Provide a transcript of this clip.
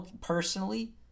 personally